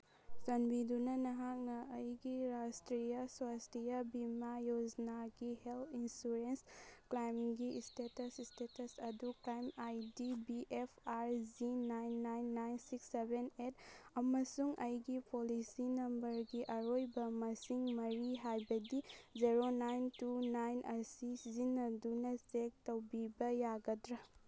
ꯆꯥꯟꯕꯤꯗꯨꯅ ꯅꯍꯥꯛꯅ ꯑꯩꯒꯤ ꯔꯥꯁꯇ꯭ꯔꯤꯌꯥ ꯁ꯭ꯋꯥꯁꯇꯤꯌꯥ ꯕꯤꯃꯥ ꯌꯣꯖꯅꯥꯒꯤ ꯍꯦꯜꯠ ꯏꯟꯁꯨꯔꯦꯟꯁ ꯀ꯭ꯂꯥꯏꯝꯒꯤ ꯏꯁꯇꯦꯇꯁ ꯏꯁꯇꯦꯇꯁ ꯑꯗꯨ claim I D B F R G nine nine nine six seven eight ꯑꯃꯁꯨꯡ ꯑꯩꯒꯤ ꯄꯣꯂꯤꯁꯤ ꯅꯝꯕꯔꯒꯤ ꯑꯔꯣꯏꯕ ꯃꯁꯤꯡ ꯃꯔꯤ ꯍꯥꯏꯕꯗꯤ ꯖꯦꯔꯣ ꯅꯥꯏꯟ ꯇꯨ ꯅꯥꯏꯟ ꯑꯁꯤ ꯁꯤꯖꯤꯟꯅꯗꯨꯅ ꯆꯦꯛ ꯇꯧꯕꯤꯕ ꯌꯥꯒꯗ꯭ꯔꯥ